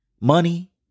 Money